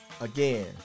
Again